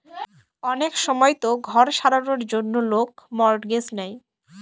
অনেক সময়তো ঘর সারানোর জন্য লোক মর্টগেজ নেয়